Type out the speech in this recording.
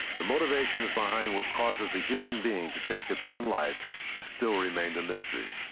the motivations behind what causes the human being to take its own life has still remained a mystery.